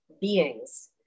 Beings